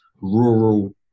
rural